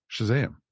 Shazam